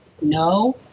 no